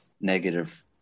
negative